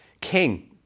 king